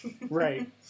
Right